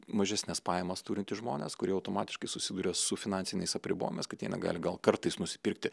mažesnes pajamas turintys žmonės kurie automatiškai susiduria su finansiniais apribojimais kad jie negali gal kartais nusipirkti